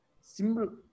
Simple